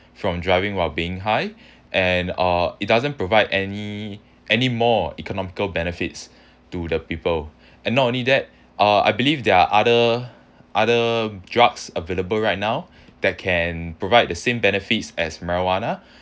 from driving while being high and uh it doesn't provide any any more economical benefits to the people and not only that uh I believe there are other other drugs available right now that can provide the same benefits as marijuana